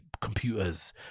computers